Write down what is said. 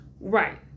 Right